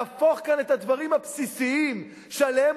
להפוך כאן את הדברים הבסיסיים שעליהם